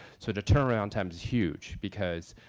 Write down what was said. so the turnaround time is huge. because